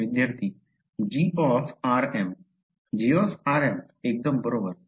g g एकदम बरोबर